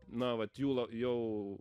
na vat jūla jau